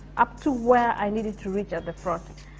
up to where i needed to reach at the front.